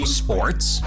sports